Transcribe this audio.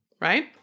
right